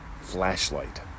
flashlight